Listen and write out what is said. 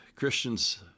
Christians